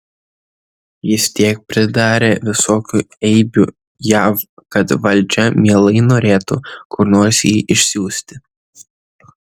jis tiek pridarė visokių eibių jav kad valdžia mielai norėtų kur nors jį išsiųsti